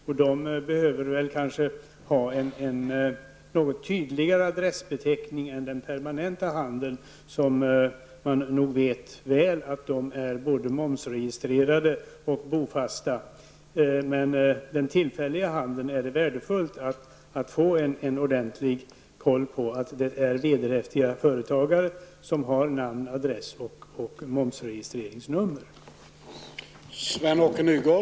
Och dessa personer behöver kanske ha en något tydligare adressbeteckning än vad som gäller personer som bedriver permanent handel. Beträffande dessa personer vet man nog väl att deras verksamhet är momsregistrerad och att de personer är bofasta. Men när det gäller den tillfälliga handeln vore det värdefullt att få en ordentlig kontroll över att det är vederhäftiga företagare som bedriver denna handel och att deras namn, adress och momsregistreringsnummer klart framgår.